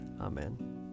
Amen